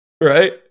right